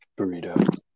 Burrito